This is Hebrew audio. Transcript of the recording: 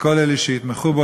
וכל אלה שיתמכו בו,